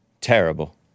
Terrible